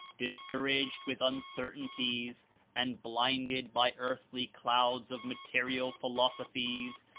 dis couraged with uncertainties and blinded by earthly clouds of material philosophies,